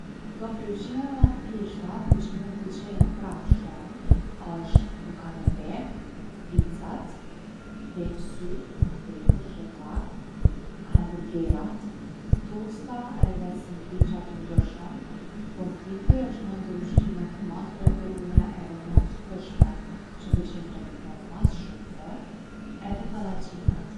Do prej ushqimeve ma t’thjeshta po që mu m’pëlqejn prap shumë osht buka me ve, picat, ve n’sy, ve t’përzhita, hambugerat, tosta edhe sendviqa t’ndryshem. Pomfriti osht njo ndër ushqimet ma t’preferume edhe ma t’shishme që m’pëlqejn domethon mas shumti edhe pallaqinkat.